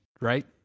right